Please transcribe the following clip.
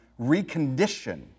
recondition